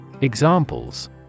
Examples